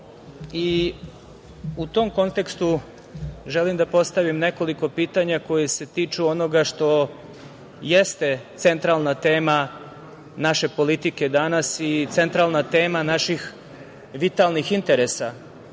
U tom kontekstu želim da postavim nekoliko pitanja koja se tiču onoga što jeste centralna tema naše politike danas i centralna tema naših vitalnih interesa